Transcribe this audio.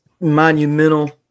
monumental